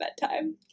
bedtime